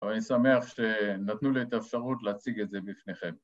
‫אבל אני שמח שנתנו לי את האפשרות ‫להציג את זה בפניכם.